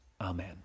Amen